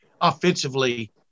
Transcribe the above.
offensively